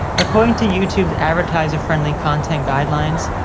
according to youtube's advertiser-friendly content guidelines,